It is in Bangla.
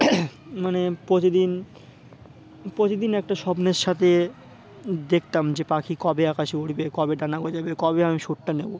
মানে প্রতিদিন প্রতিদিন একটা স্বপ্নের সাথে দেখতাম যে পাখি কবে আকাশে উঠবে কবে ডানা গজাবে কবে আমি সুটটা নেব